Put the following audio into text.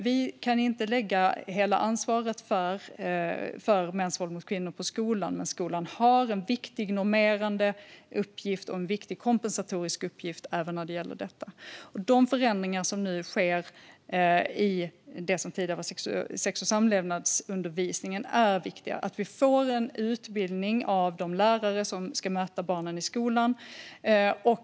Vi kan inte lägga hela ansvaret för mäns våld mot kvinnor på skolan, men skolan har en viktig normerande och kompensatorisk uppgift även när det gäller detta. De förändringar som nu sker i det som tidigare var sex och samlevnadsundervisningen är viktiga - att vi får en utbildning av de lärare som ska möta barnen i skolan.